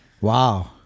Wow